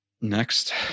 Next